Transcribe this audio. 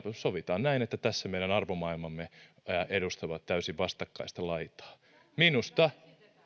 sovitaan näin että tässä meidän arvomaailmamme edustavat täysin vastakkaista laitaa minusta